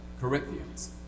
Corinthians